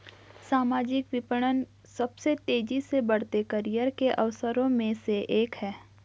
सामाजिक विपणन सबसे तेजी से बढ़ते करियर के अवसरों में से एक है